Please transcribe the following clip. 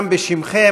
גם בשמכם,